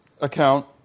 account